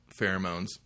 pheromones